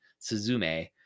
Suzume